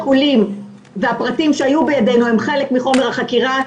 השיקולים והפרטים שהיו בידינו הם חלק מחומר החקירה.